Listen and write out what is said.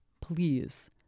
please